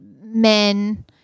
men